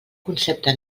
concepte